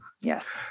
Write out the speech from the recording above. Yes